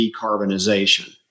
decarbonization